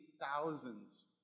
thousands